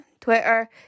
Twitter